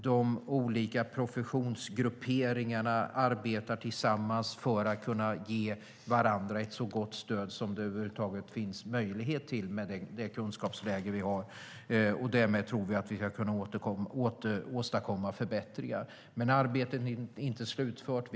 De olika professionsgrupperingarna arbetar tillsammans för att ge varandra ett så gott stöd som det över huvud taget finns möjlighet till med det kunskapsläge som finns. Därmed tror vi att vi kan åstadkomma förbättringar. Arbetet är inte slutfört.